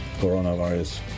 coronavirus